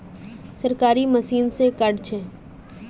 सरकारी मशीन से कार्ड छै?